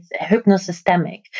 hypnosystemic